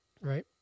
right